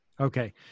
okay